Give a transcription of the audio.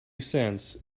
cents